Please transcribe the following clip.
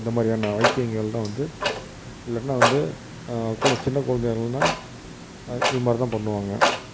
இந்தமாதிரியான வைத்தியங்கள் தான் வந்து இல்லாட்டினா வந்து கூட சின்ன குழந்தைகள்னா இதுமாதிரி தான் பண்ணுவாங்க